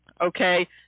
Okay